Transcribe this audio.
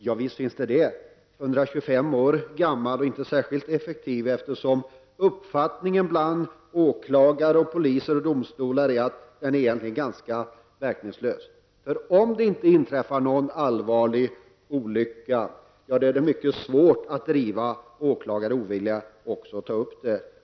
Ja visst, det finns en 125 år gammal lag. Den är inte särskilt effektiv, eftersom uppfattningen bland åklagare, poliser och domstolar är att den egentligen är ganska verkningslös. Om det inte inträffar någon allvarlig olycka är det mycket svårt att driva fallen. Åklagarna är ovilliga att ta upp fallen.